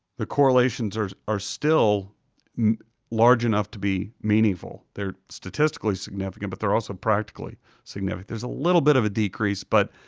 the correlations are are still large enough to be meaningful. they're statistically significant, but they're also practically significant. there's a little bit of a decrease, but